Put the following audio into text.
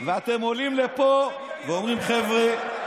ואתם עולים לפה ואומרים: חבר'ה,